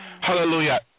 Hallelujah